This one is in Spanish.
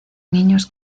niños